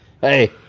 Hey